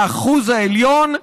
האחוז העליון,